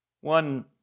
One